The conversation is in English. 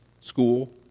school